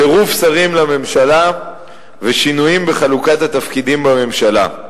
צירוף שרים לממשלה ושינויים בחלוקת התפקידים בממשלה: